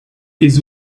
his